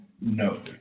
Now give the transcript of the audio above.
No